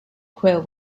quill